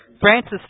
Francis